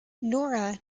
nora